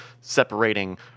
separating